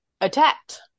attacked